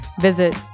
visit